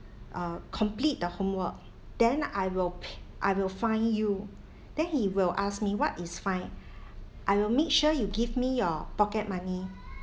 uh complete the homework then I will p~ I will fine you then he will ask me what is fine I will make sure you give me your pocket money